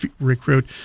recruit